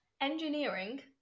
Engineering